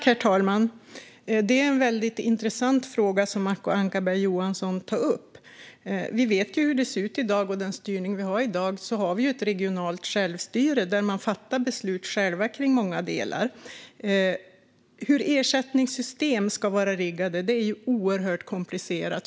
Herr talman! Det är en väldigt intressant fråga som Acko Ankarberg Johansson tar upp. Vi vet hur det ser ut i dag med styrningen. Vi har ett regionalt självstyre. Man fattar beslut själv i många delar. Hur ersättningssystem ska vara riggade är oerhört komplicerat.